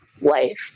life